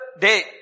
day